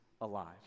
alive